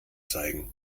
zeigen